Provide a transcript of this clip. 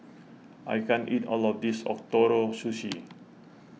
I can't eat all of this Ootoro Sushi